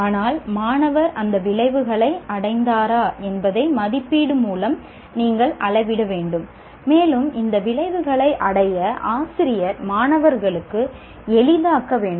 ஆனால் மாணவர் அந்த விளைவுகளை அடைந்தாரா என்பதை மதிப்பீடு மூலம் நீங்கள் அளவிட வேண்டும் மேலும் இந்த விளைவுகளை அடைய ஆசிரியர் மாணவர்களுக்கு எளிதாக்க வேண்டும்